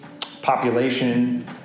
population